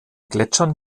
gletschern